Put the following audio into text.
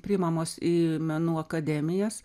priimamos į menų akademijas